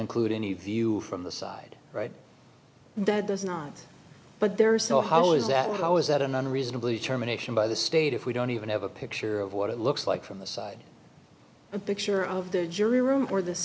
include any view from the side right that there's not but there is so how is that how is that an unreasonably terminations by the state if we don't even have a picture of what it looks like from the side and picture of the jury room or th